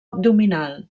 abdominal